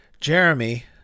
Jeremy